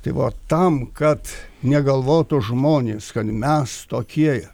tai va tam kad negalvotų žmonės kad mes tokie